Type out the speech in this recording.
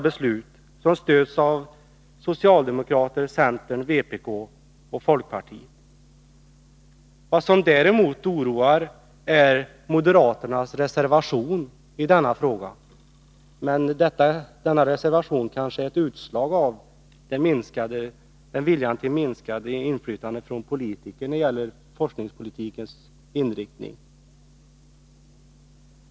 Förslaget stöds av socialdemokraterna, centern, vpk och folkpartiet. Vad som däremot oroar är moderaternas reservation i denna fråga. Men den kanske är ett utslag av viljan till minskat inflytande från politiker när det gäller forskningspolitikens inriktning.